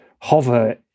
hover